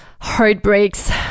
heartbreaks